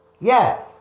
Yes